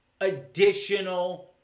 additional